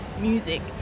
music